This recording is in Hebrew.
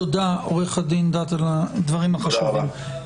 תודה רבה על הדברים החשובים.